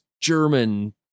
German